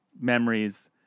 Memories